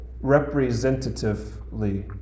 representatively